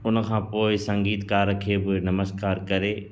उन खां पोइ संगीतकार खे बि नमस्कार करे